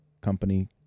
company